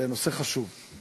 זה נושא חשוב.